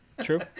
True